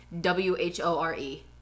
W-H-O-R-E